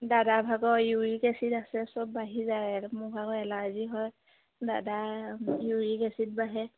দাদা ভাগৰ uric acid আছে সব বাঢ়ি যায় মোৰ ভাগৰ এলাৰ্জি হয় দাদা ইউৰিক এছিড বাঢ়ে